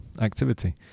activity